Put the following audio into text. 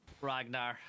Ragnar